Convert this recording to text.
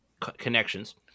connections